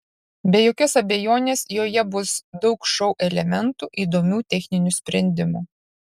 be jokios abejonės joje bus daug šou elementų įdomių techninių sprendimų